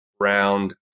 Round